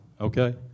okay